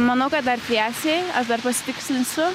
manau kad dar tiesiai aš dar pasitikslinsiu